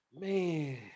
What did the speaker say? Man